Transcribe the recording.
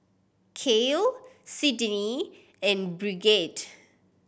Cael Sydnie and Brigette